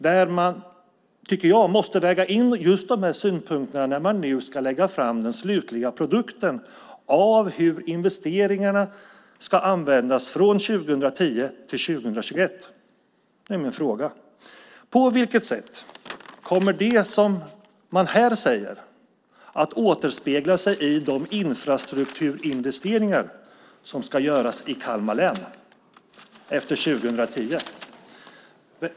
När man nu ska lägga fram den slutliga produkten måste man, tycker jag, väga in just dessa synpunkter på hur investeringarna ska användas från 2010 till 2021. Min fråga är: På vilket sätt kommer det som man här säger att återspegla sig i de infrastrukturinvesteringar som ska göras i Kalmar län efter 2010?